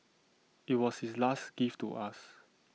IT was his last gift to us